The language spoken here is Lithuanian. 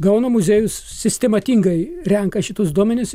gauno muziejus sistematingai renka šituos duomenis